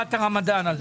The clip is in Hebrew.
בתקופת הרמדאן?